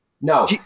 No